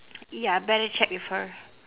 ya better check with her